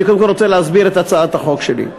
אני קודם כול רוצה להסביר את הצעת החוק שלי,